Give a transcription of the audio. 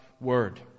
word